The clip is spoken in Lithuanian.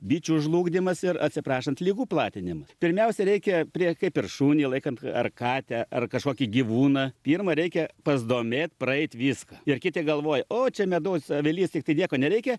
bičių žlugdymas ir atsiprašant ligų platinimas pirmiausia reikia prie kaip ir šunį laikant ar katę ar kažkokį gyvūną pirma reikia pazdomėt praeit viską ir kiti galvoja o čia medus avilys tiktai nieko nereikia